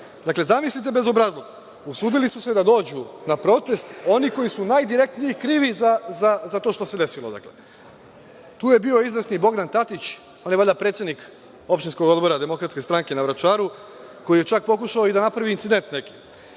Dakle, zamislite bezobrazluk, usudili su se da dođu na protest oni koji su najdirektine krivi za to što se desilo. Dakle, tu je bio izvesni Bogdan Tatić. On je valjda predsednik opštinskog odbora DS na Vračaru, koji je čak pokušao i da napravi neki